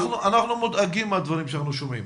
אנחנו מודאגים מהדברים שאנחנו שומעים.